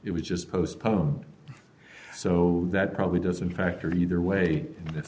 it was just postponed so that probably doesn't factor either way i